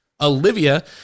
Olivia